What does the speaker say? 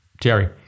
Jerry